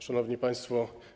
Szanowni Państwo!